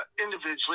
individually